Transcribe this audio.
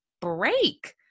break